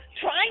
trying